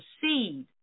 seed